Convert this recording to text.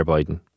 Biden